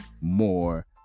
more